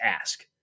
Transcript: ask